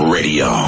Radio